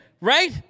Right